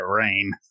rain